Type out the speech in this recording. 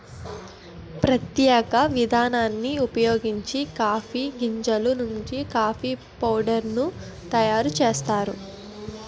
ప్రత్యేక విధానాన్ని ఉపయోగించి కాఫీ గింజలు నుండి కాఫీ పౌడర్ ను తయారు చేస్తారు